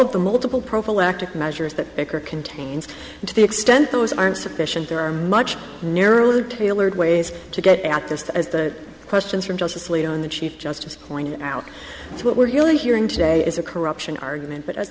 of the multiple prophylactic measures that make or contains to the extent those aren't sufficient there are much more narrowly tailored ways to get at this as the questions from justice laid on the chief justice pointed out what we're really hearing today is a corruption argument but a